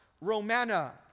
Romana